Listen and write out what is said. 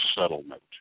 settlement